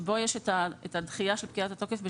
בו יש את הדחייה של פקיעת התוקף בשנתיים,